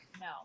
No